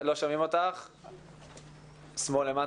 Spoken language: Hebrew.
למה לא נשמע את שוש נחום ממשרד החינוך,